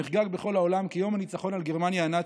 נחגג בכל העולם כיום הניצחון על גרמניה הנאצית.